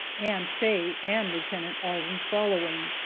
and faye and lieutenant alden following.